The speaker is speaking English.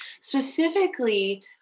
specifically